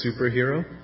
superhero